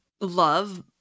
love